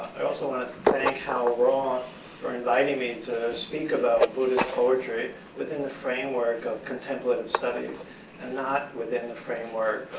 i also want to thank hal roth for inviting me to speak about buddhist poetry within the framework of contemplative studies and not within the framework